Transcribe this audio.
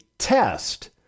test